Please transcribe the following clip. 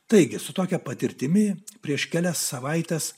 taigi su tokia patirtimi prieš kelias savaites